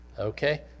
Okay